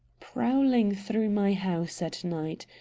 prowling through my house at night.